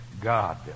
God